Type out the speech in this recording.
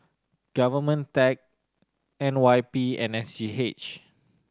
Government tech N Y P and S G H